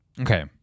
Okay